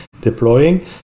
deploying